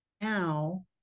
now